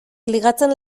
ligatzen